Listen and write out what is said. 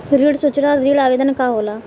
ऋण सूचना और ऋण आवेदन का होला?